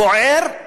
הבוער,